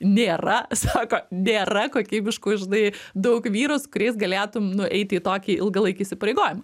nėra sako nėra kokybiškų žinai daug vyrų su kuriais galėtum nueiti į tokį ilgalaikį įsipareigojimą